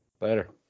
Later